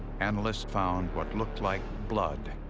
analysts found what looked like blood.